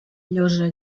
llosa